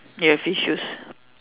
ya fish